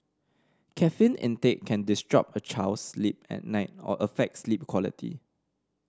caffeine intake can disrupt a child's sleep at night or affect sleep quality